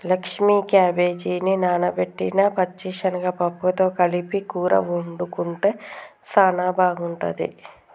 లక్ష్మీ క్యాబేజిని నానబెట్టిన పచ్చిశనగ పప్పుతో కలిపి కూర వండుకుంటే సానా బాగుంటుంది